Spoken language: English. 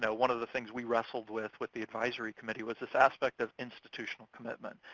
yeah one of the things we wrestled with with the advisory committee was this aspect of institutional commitment,